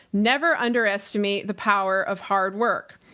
never underestimate the power of hard work.